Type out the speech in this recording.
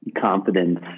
confidence